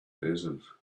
desert